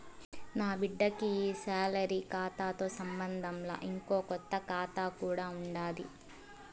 నాబిడ్డకి ఈ సాలరీ కాతాతో సంబంధంలా, ఇంకో కొత్త కాతా కూడా ఉండాది